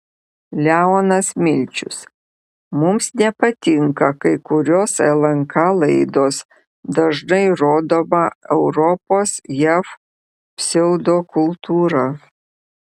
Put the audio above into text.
leonas milčius mums nepatinka kai kurios lnk laidos dažnai rodoma europos jav pseudokultūra